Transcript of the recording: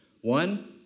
One